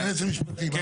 היועץ המשפטי, מה?